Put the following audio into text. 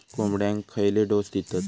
कोंबड्यांक खयले डोस दितत?